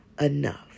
enough